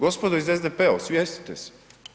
Gospodo iz SDP-a, osvijestite se.